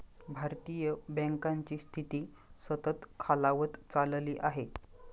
भारतीय बँकांची स्थिती सतत खालावत चालली आहे